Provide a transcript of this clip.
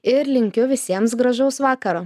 ir linkiu visiems gražaus vakaro